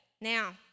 now